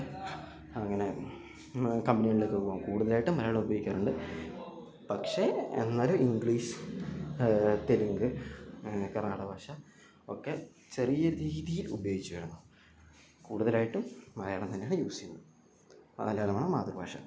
നമ്മുടെ മലയാളം മലയാള ഭാഷ ഇപ്പോള് ഒരുപാട് താഴ്ത്തപ്പെട്ടിരിക്കുന്നു നമുക്ക് ഓരോരുത്തർക്കും മലയാള ഭാഷ നമ്മളുടെ കുട്ടികളുടെ ആദ്യക്ഷരമായിട്ട് ആ അമ്മ ആ എന്നൊക്കെയാണ് എഴുതിക്കൊണ്ടിരുന്നത് ഇപ്പോൾ അങ്ങനെയൊന്നുമില്ല ഇംഗ്ലീഷാണ് ഇംഗ്ലീഷില്ലാതെ ജീവിക്കാൻ പറ്റാത്ത ഒരു അവസ്ഥയിലാണ് എല്ലാവരും പോകുന്നത് മലയാളത്തെ നമ്മൾ താഴ്ത്തപ്പെട്ടിരിക്കുന്നു